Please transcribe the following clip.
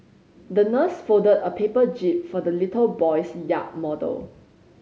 the nurse folded a paper jib for the little boy's yacht model